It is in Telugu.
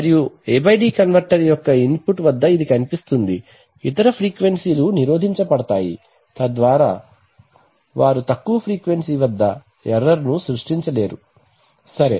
మరియు A D కన్వర్టర్ యొక్క ఇన్పుట్ వద్ద ఇది కనిపిస్తుంది ఇతర ఫ్రీక్వెన్సీ నిరోధించబడతాయి తద్వారా వారు తక్కువ ఫ్రీక్వెన్సీ వద్ద ఎర్రర్ సృష్టించలేరు సరే